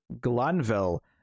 Glanville